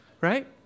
Right